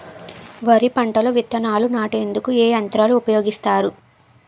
వరి పంటలో విత్తనాలు నాటేందుకు ఏ యంత్రాలు ఉపయోగిస్తారు?